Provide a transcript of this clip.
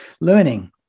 learning